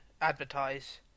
advertise